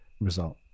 result